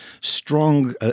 strong